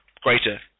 greater